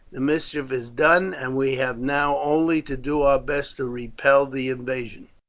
the mischief is done, and we have now only to do our best to repel the invasion.